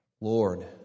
Lord